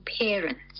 parents